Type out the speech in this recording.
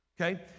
Okay